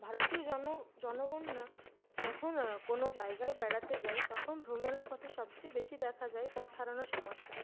ভারতীয় জন জনগণরা যখন কোনো জায়গায় বেড়াতে যায় তখন ভ্রমণের পথে সবচেয়ে বেশি দেখা যায় পথ হারানোর সমস্যা